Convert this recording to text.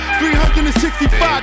365